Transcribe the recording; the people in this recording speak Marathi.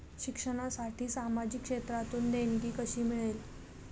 शिक्षणासाठी सामाजिक क्षेत्रातून देणगी कशी मिळेल?